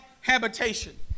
habitation